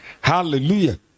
Hallelujah